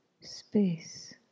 space